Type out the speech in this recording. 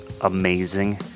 amazing